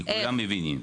כי כולם מבינים.